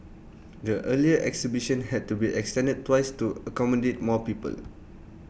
the earlier exhibition had to be extended twice to accommodate more people